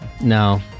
No